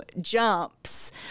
jumps